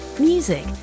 Music